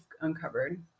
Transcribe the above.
uncovered